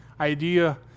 idea